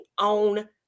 on